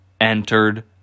entered